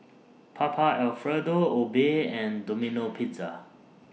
Papa Alfredo Obey and Domino Pizza